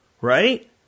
Right